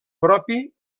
propi